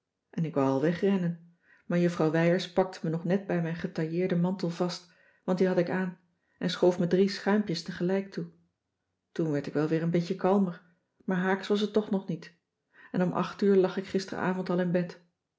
en ik wou al wegrennen maar juffrouw wijers pakte me nog net bij mijn getailleerde mantel vast want die had ik aan en schoof me drie schuimpjes tegelijk toe toen werd ik wel weer een beetje kalmer maar haaks was het toch nog niet en om acht uur lag ik gisteravond al in bed